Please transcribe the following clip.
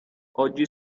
oggi